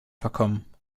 verkommen